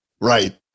right